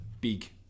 big